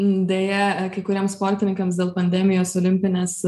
deja kai kuriems sportininkams dėl pandemijos olimpinės